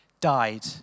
died